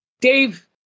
dave